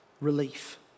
relief